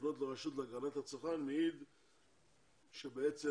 לפנות לרשות להגנת הצרכן מעיד על כך שבעצם